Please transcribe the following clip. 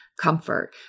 comfort